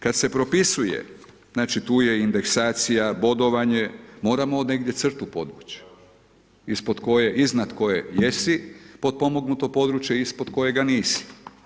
Kad se propisuje, znači tu je indeksacija, bodovanje, moramo od negdje crtu podvuć iznad koje jesi potpomognuo područje, ispod kojega nisi.